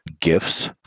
gifts